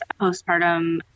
postpartum